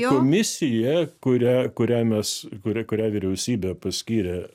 komisija kurią kurią mes kurią kurią vyriausybė paskyrė